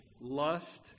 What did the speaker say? lust